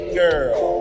girl